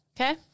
Okay